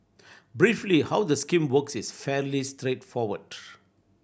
briefly how the scheme works is fairly straightforward